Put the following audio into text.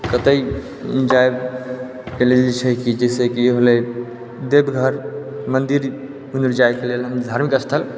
कतऽ जाएब पहिले जे छै जइसेकि होलै देवघर मन्दिर जाइके लेल होलै धार्मिक स्थल